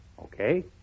Okay